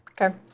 Okay